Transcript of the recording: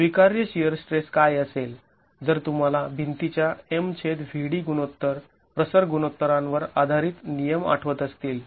स्वीकार्य shear stress काय असेल जर तुम्हाला भिंतीच्या M V d गुणोत्तर प्रसर गुणोत्तरांवर आधारित नियम आठवत असतील